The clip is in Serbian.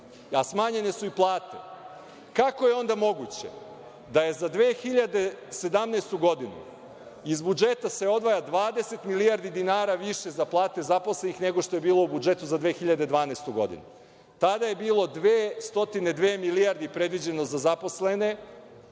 a smanjene su i plate, pa kako je onda moguće da se za 2017. godinu iz budžeta odvaja 20 milijardi dinara više za plate zaposlenih nego što je bilo u budžetu za 2012. godinu? Tada je bilo 202 milijardi predviđeno za zaposlene